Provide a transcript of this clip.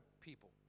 people